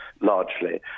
largely